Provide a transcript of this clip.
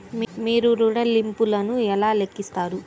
మీరు ఋణ ల్లింపులను ఎలా లెక్కిస్తారు?